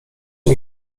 nie